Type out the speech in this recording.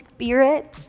Spirit